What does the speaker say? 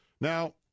Now